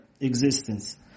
existence